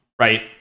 right